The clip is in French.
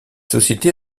société